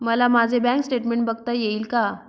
मला माझे bank statement बघता येईल का?